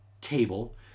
table